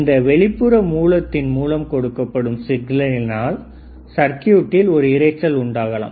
இந்த வெளிப்புற மூலத்தின் மூலம் கொடுக்கப்படும் சிக்னலினால் சர்க்யூட்டில் ஒரு இரைச்சல் உருவாகலாம்